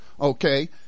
okay